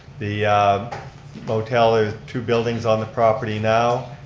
the motel is two buildings on the property now,